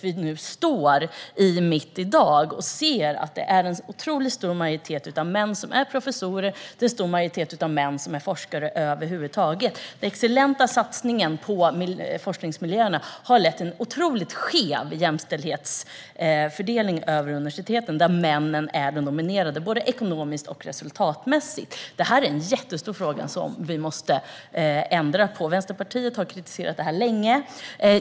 Vi ser i dag att en otroligt stor majoritet av professorerna är män, och över huvud taget är en stor majoritet av forskarna män. Satsningen på de excellenta forskningsmiljöerna har lett till en otroligt skev jämställdhetsfördelning på universiteten där männen dominerar ekonomiskt och resultatmässigt. Detta är en stor fråga där det måste ske ändringar. Vänsterpartiet har länge framfört kritik.